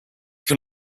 can